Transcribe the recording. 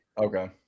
okay